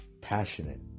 passionate